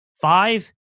Five